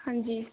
ਹਾਂਜੀ